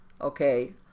okay